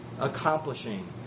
accomplishing